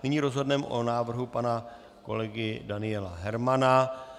Nyní rozhodneme o návrhu pana kolegy Daniela Hermana.